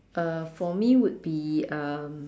uh for me would be um